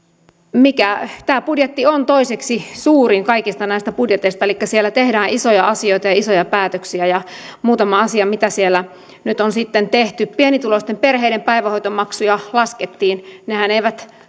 mikä on tämän budjetin toiseksi suurin kaikista näistä budjeteista elikkä siellä tehdään isoja asioita ja isoja päätöksiä muutama asia mitä siellä nyt on sitten tehty pienituloisten perheiden päivähoitomaksuja laskettiin nehän eivät